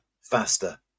faster